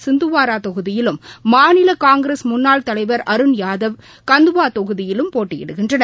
சிந்துவாராதொகுதியிலும் மாநிலகாங்கிரஸ் முன்னாள் தலைவர் அருண்யாதவ் கந்துவாதொகுதியிலும் போட்டியிடுகின்றனர்